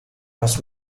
aus